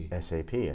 SAP